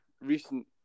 recent